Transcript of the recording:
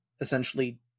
essentially